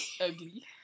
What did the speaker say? Ugly